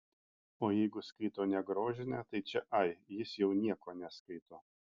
o jeigu skaito ne grožinę tai čia ai jis jau nieko neskaito